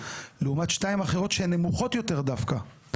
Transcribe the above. לעומת שתיים אחרות שנמוכות יותר דווקא,